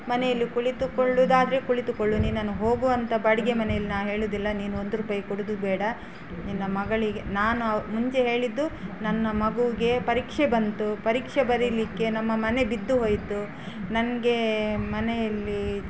ಮನೆಯಲ್ಲಿ ಕುಳಿತುಕೊಳ್ಳುದಾದರೆ ಕುಳಿತುಕೊಳ್ಳಿ ನಿನ್ನನ್ನು ಹೋಗು ಅಂತ ಬಾಡಿಗೆ ಮನೆಯಲ್ಲಿ ನಾ ಹೇಳೋದಿಲ್ಲ ನೀನು ಒಂದು ರೂಪಾಯಿ ಕೊಡೋದು ಬೇಡ ನಿನ್ನ ಮಗಳಿಗೆ ನಾನು ಅವ್ರ್ ಮುಂಚೆ ಹೇಳಿದ್ದು ನನ್ನ ಮಗುಗೆ ಪರಿಕ್ಷೆ ಬಂತು ಪರಿಕ್ಷೆ ಬರೀಲಿಕ್ಕೆ ನಮ್ಮ ಮನೆ ಬಿದ್ದು ಹೋಯಿತು ನನ್ಗೆ ಮನೆಯಲ್ಲಿ